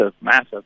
massive